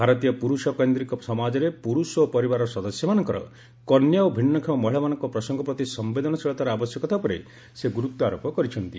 ଭାରତୀୟ ପୁରୁଷ କୈନ୍ଦ୍ରିକ ସମାଜରେ ପୁରୁଷ ଓ ପରିବାରର ସଦସ୍ୟମାନଙ୍କର କନ୍ୟା ଓ ଭିନ୍ଦୁଷମ ମହିଳାମାନଙ୍କ ପ୍ରସଙ୍ଗ ପ୍ରତି ସମ୍ପେଦନଶୀଳତାର ଆବଶ୍ୟକତା ଉପରେ ସେ ଗୁରୁତ୍ୱାରୋପ କରିଛନ୍ତି